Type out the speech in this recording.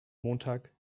montag